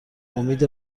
امید